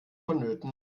vonnöten